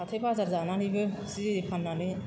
हाथाइ बाजार जानानैबो जि इरि फाननानै